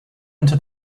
into